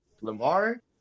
Lamar